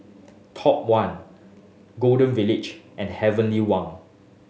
Top One Golden Village and Heavenly Wang